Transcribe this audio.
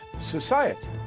society